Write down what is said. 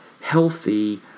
healthy